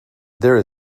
there